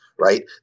right